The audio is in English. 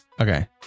Okay